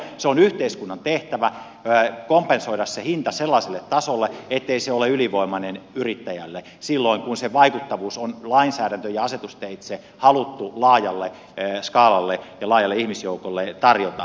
se on yhteiskunnan tehtävä kompensoida se hinta sellaiselle tasolle ettei se ole ylivoimainen yrittäjälle silloin kun sen vaikuttavuus on lainsäädäntö ja asetusteitse haluttu laajalle skaalalle ja laajalle ihmisjoukolle tarjota